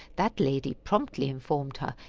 that lady promptly informed her,